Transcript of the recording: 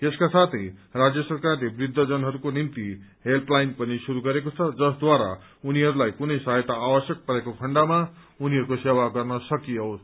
यसका साथै राज्य सरकारले वृद्धजनहरूको निम्ति हेल्पलाइन पनि श्रुस्त गरेको छ जसद्वारा उनीहरूलाई कुनै सहायता आवश्यक परेको खण्डमा उनीहरूको सेवा गर्न सकियोस्